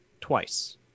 twice